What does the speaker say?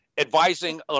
Advising